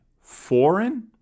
foreign